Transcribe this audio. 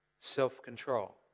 Self-control